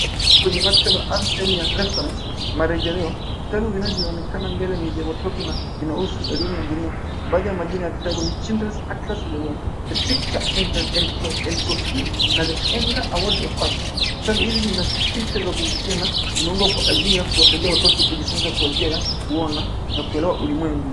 Kwenye maktaba au sehemu ya reference , marejeleo vitabu vinavyoonekana mbele ni vya watoto na vinahusu elimu ya dunia. Baadhi ya majina ya vitabu ni Childrens Atlas of the World, The Picture Encyclopedia na The End Award of Fact . Vitabu hivi vina picha za kuvutia na vimeundwa kwa ajili ya kuwasaidia watoto kujifunza kwa njia ya kuona na kuelewa ulimwengu.